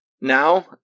now